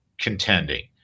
contending